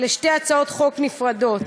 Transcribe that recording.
לשתי הצעות חוק נפרדות,